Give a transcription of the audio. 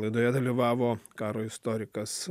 laidoje dalyvavo karo istorikas